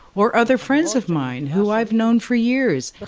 or other friends of mine, who i've known for years,